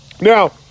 Now